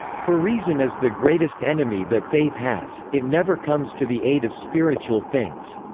for reason is the greatest enemy that faith has it never comes to the aid of spiritual things.